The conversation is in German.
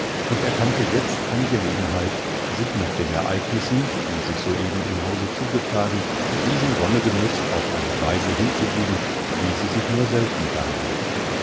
und erkannte jetzt eine gelegenheit sich nach den ereignissen die sich soeben im hause zugetragen hatten diesen wonnegenuß auf eine weise hinzugeben wie sie sich nur selten